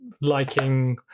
liking